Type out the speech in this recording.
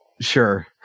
sure